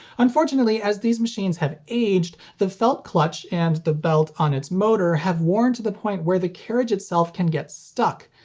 unfortunately, as these machines have aged, the felt clutch and the belt on its motor have worn to the point where the carriage itself can get stuck,